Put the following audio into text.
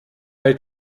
had